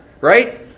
right